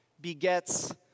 begets